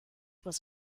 was